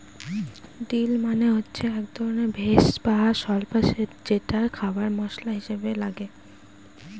deal মানে হচ্ছে এক ধরনের ভেষজ বা স্বল্পা যেটা খাবারে মশলা হিসাবে লাগে